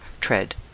tread